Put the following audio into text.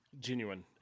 genuine